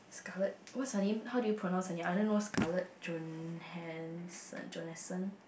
Scarlet what's her name how do you pronounce her name I only know Scarlet-johanson Johanson